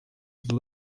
the